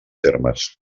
termes